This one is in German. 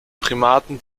primaten